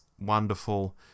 wonderful